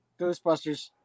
Ghostbusters